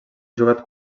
jugat